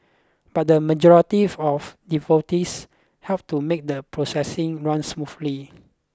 but the majority of devotees helped to make the procession run smoothly